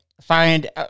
find